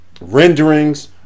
renderings